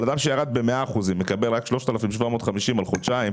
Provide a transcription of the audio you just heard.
אדם שירד ב-100 אחוזים ומקבל רק 3,750 שקלים על חודשיים,